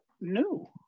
new